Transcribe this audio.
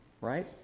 Right